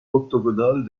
octogonale